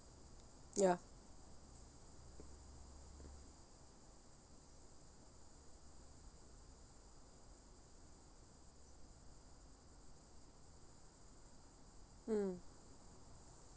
ya mm